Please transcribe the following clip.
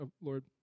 Lord